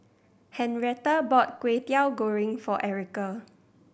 Henretta bought Kway Teow Goreng for Erica